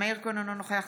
אינו נוכח